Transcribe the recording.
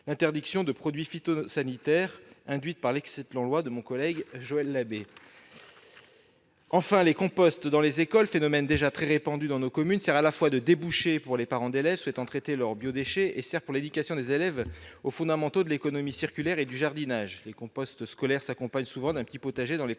l'interdiction de produits phytosanitaires instaurée par l'excellente loi de mon collègue Joël Labbé. Enfin, les composts dans les écoles, phénomène déjà très répandu dans nos communes, sont utiles à la fois pour offrir des débouchés aux parents souhaitant traiter leurs biodéchets et pour l'éducation des élèves aux fondamentaux de l'économie circulaire et du jardinage. Les composts scolaires s'accompagnent souvent d'un petit potager dans les projets